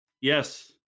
yes